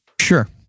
Sure